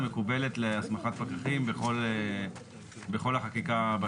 נמצא בכל החוק --- חבר הכנסת קרעי,